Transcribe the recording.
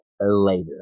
later